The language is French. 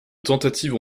tentatives